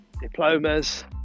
diplomas